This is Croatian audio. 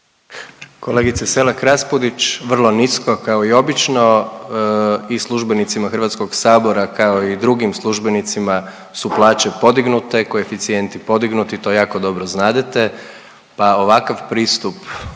Kolegice Selak Raspudić, vrlo nisko, kao i obično. I službenicima HS-a, kao i drugim službenicima su plaće podignute, koeficijenti podignuti, to jako dobro znadete pa ovakav pristup